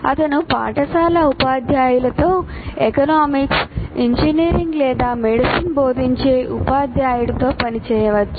అతను పాఠశాల ఉపాధ్యాయులతో ఎకనామిక్స్ ఇంజనీరింగ్ లేదా మెడిసిన్ బోధించే ఉపాధ్యాయుడితో పని చేయవచ్చు